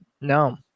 No